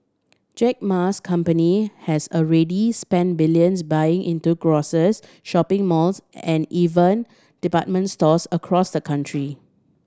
Jack Ma's company has already spent billions buying into grocers shopping malls and even department stores across the country